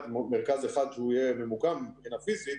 מרכז אחד שהוא יהיה ממוקם מבחינה פיזית,